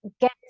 get